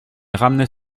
ramenait